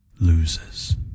loses